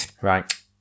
Right